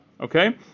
Okay